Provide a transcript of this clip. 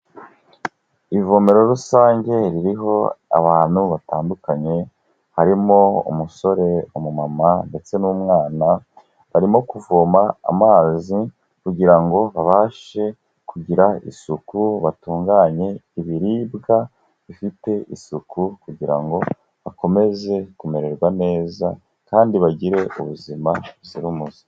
Ivomero rusange ririho abantu batandukanye, harimo umusore, umumama ndetse n'umwana, barimo kuvoma amazi kugira ngo babashe kugira isuku, batunganye ibiribwa, bifite isuku kugira ngo bakomeze kumererwa neza kandi bagire ubuzima buzira umuze.